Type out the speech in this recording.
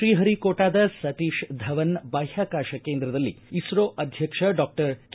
ಶ್ರೀಹರಿ ಕೋಟಾದ ಸತೀತ ಧವನ್ ಬಾಹ್ವಾಕಾಶ ಕೇಂದ್ರದಲ್ಲಿ ಇಸ್ತೋ ಅಧ್ಯಕ್ಷ ಡಾಕ್ಟರ್ ಕೆ